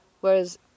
Whereas